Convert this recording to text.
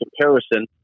comparison